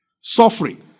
Suffering